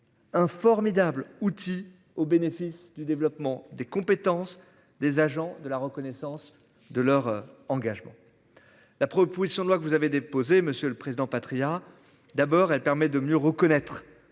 Un formidable outil au bénéfice du développement des compétences des agents de la reconnaissance de leur engagement. La proposition de loi que vous avez déposé. Monsieur le Président Patriat. D'abord elle permet de mieux reconnaître